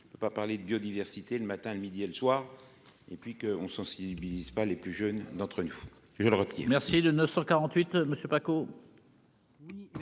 on peut pas parler de biodiversité, le matin, le midi et le soir et puis que on sensibilise pas les plus jeunes d'entre nous je le redis. Merci de ne 48